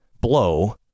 Blow